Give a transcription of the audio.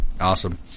awesome